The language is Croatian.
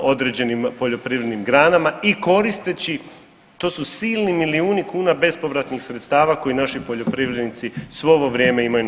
određenim poljoprivrednim granama i koristeći to su silni milijuni kuna bespovratnih sredstava koji naši poljoprivrednici svo ovo vrijeme imaju na